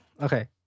okay